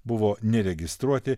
buvo neregistruoti